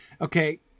Okay